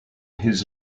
his